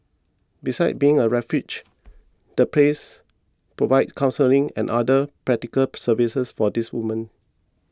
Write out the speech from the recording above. besides being a refuge the place provides counselling and other practical services for these woman